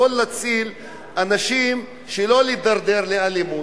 יכול להציל אנשים שלא להידרדר לאלימות,